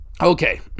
Okay